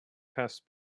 pass